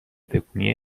تکونی